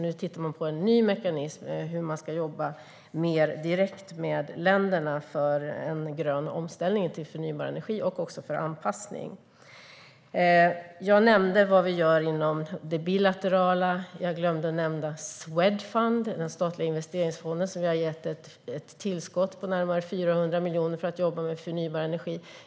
Nu tittar man på en ny mekanism för hur man ska jobba mer direkt med länderna, för en grön omställning till förnybar energi och även för anpassning. Jag nämnde vad vi gör inom det bilaterala arbetet. Jag glömde att nämna att vi har gett Swedfund, den statliga investeringsfonden, ett tillskott på närmare 400 miljoner för att man ska jobba med förnybar energi.